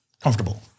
comfortable